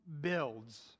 builds